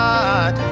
God